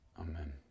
Amen